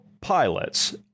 pilots